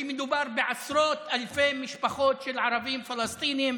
כי מדובר בעשרות אלפי משפחות של ערבים פלסטינים